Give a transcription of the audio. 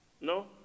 No